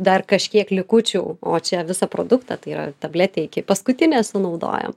dar kažkiek likučių o čia visą produktą tai yra tabletę iki paskutinės sunaudojam